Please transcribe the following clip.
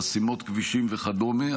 חסימות כבישים וכדומה.